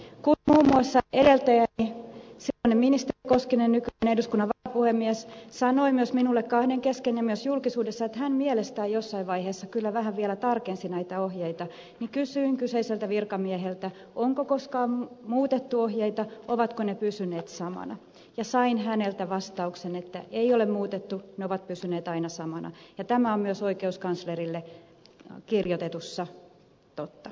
kun muun muassa edeltäjäni silloinen ministeri koskinen nykyinen eduskunnan varapuhemies sanoi minulle kahden kesken ja myös julkisuudessa että hän mielestään jossain vaiheessa kyllä vähän vielä tarkensi näitä ohjeita niin kysyin kyseiseltä virkamieheltä onko koskaan muutettu ohjeita ovatko ne pysyneet samana ja sain häneltä vastauksen että ei ole muutettu ne ovat pysyneet aina samana ja tämä on myös oikeuskanslerille kirjoitetussa totta